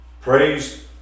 Praise